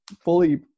fully